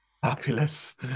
Fabulous